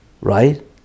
right